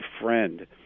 friend